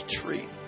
tree